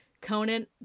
Conan